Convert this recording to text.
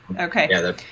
Okay